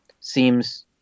seems